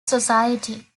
society